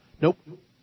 Nope